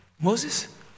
Moses